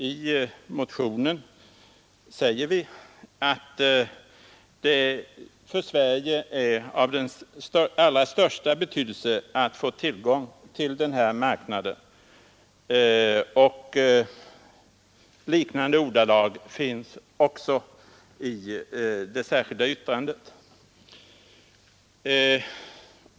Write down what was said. I motionen säger vi att det för Sverige är av den allra största betydelse att få tillgång till EEC-marknaden, och liknande ordalag återfinns också i det särskilda yttrandet.